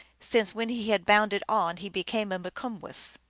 since when he had bound it on he became a mikumwess,